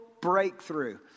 breakthrough